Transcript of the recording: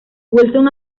wilson